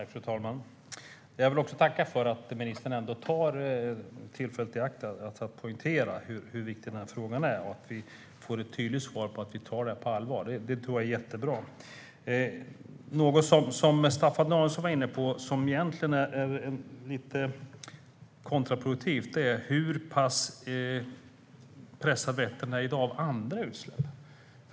Fru talman! Jag vill tacka för att ministern ändå tar tillfället i akt att poängtera hur viktig frågan är. Vi får ett tydligt svar att regeringen tar det på allvar. Det tror jag är jättebra. Staffan Danielsson var inne på något som egentligen är lite kontraproduktivt. Det handlar om hur pass pressad Vättern i dag är om andra utsläpp.